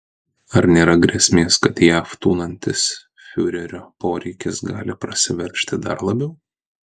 ar nėra grėsmės kad jav tūnantis fiurerio poreikis gali prasiveržti dar labiau